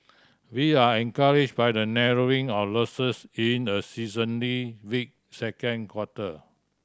we are encouraged by the narrowing of losses in a seasonally weak second quarter